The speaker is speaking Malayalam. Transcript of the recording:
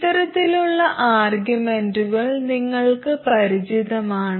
ഇത്തരത്തിലുള്ള ആർഗ്യുമെന്റുകൾ നിങ്ങൾക്ക് പരിചിതമാണ്